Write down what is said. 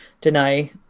deny